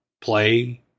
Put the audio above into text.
play